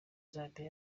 zambia